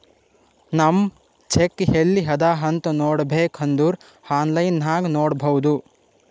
ನಮ್ ಚೆಕ್ ಎಲ್ಲಿ ಅದಾ ಅಂತ್ ನೋಡಬೇಕ್ ಅಂದುರ್ ಆನ್ಲೈನ್ ನಾಗ್ ನೋಡ್ಬೋದು